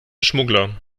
schmuggler